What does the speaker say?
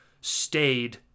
stayed